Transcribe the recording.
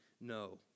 no